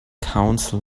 counsel